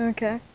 Okay